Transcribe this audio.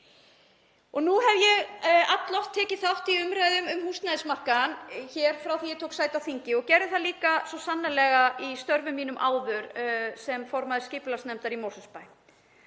Nú hef ég alloft tekið þátt í umræðum um húsnæðismarkaðinn hér frá því að ég tók sæti á þingi og gerði það líka svo sannarlega í störfum mínum áður sem formaður skipulagsnefndar í Mosfellsbæ.